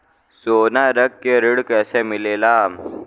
सोना रख के ऋण कैसे मिलेला?